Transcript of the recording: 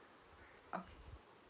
okay